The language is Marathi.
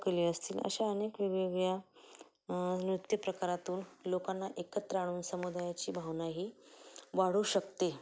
कले असतील अशा अनेक वेगवेगळ्या नृत्य प्रकारातून लोकांना एकत्र आणून समुदायाची भावनाही वाढू शकते